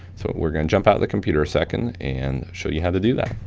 so, we're gonna jump out the computer a second and show you how to do that.